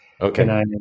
Okay